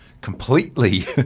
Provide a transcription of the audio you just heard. completely